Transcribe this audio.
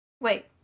Wait